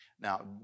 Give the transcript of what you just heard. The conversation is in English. Now